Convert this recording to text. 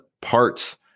parts